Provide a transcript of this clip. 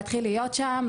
להתחיל להיות שם,